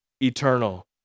eternal